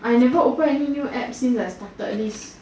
I never opened any new app since I started this